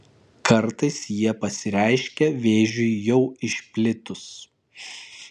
kartais jie pasireiškia vėžiui jau išplitus